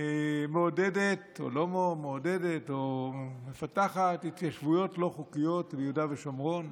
מעודדת או מפתחת התיישבויות לא חוקיות ביהודה ושומרון,